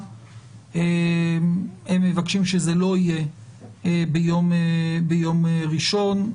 הם מבקשים שזה לא יהיה ביום ראשון.